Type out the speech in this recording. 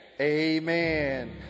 amen